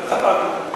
חד-פעמי?